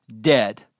dead